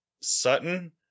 Sutton